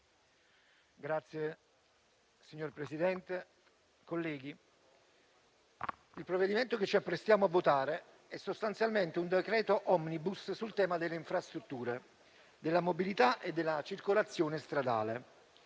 il provvedimento che ci apprestiamo a votare è, sostanzialmente, un decreto *omnibus* sul tema delle infrastrutture, della mobilità e della circolazione stradale.